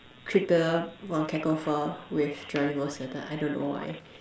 Creepella-Von-Cacklefur with Geronimo-Stilton I don't know why